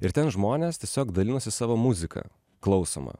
ir ten žmonės tiesiog dalinosi savo muzika klausoma